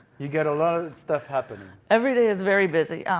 you get a lot of stuff happening. every day is very busy.